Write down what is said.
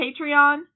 Patreon